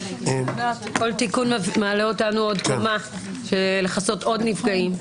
כל תיקון מעלה אותנו עוד קומה לכסות עוד נפגעים.